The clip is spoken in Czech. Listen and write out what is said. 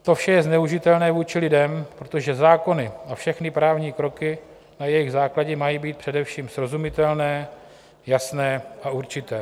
To vše je zneužitelné vůči lidem, protože zákony a všechny právní kroky na jejich základě mají být především srozumitelné, jasné a určité.